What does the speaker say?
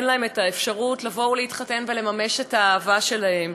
אין להם האפשרות לבוא ולהתחתן ולממש את האהבה שלהם.